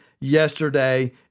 yesterday